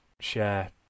share